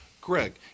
Greg